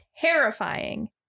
terrifying